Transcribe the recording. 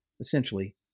essentially